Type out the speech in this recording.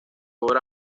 obra